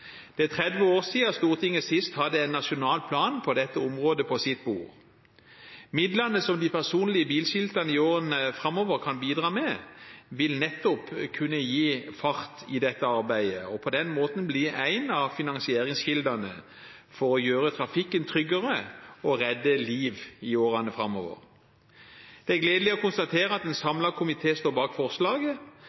Det er 30 år siden Stortinget sist hadde en nasjonal plan på dette området på sitt bord. Midlene som de personlige bilskiltene i årene framover kan bidra med, vil nettopp kunne gi fart i dette arbeidet og på den måten bli en av finansieringskildene for å gjøre trafikken tryggere og redde liv i årene framover. Det er gledelig å konstatere at en samlet komité står bak forslaget.